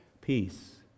peace